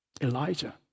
Elijah